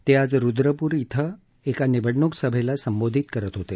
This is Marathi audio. ते आज रुद्रपूर इथं एका निवडणूक सभैला संबोधित करत होते